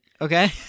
Okay